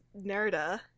Nerda